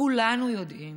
כולנו יודעים